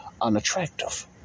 unattractive